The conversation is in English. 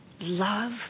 love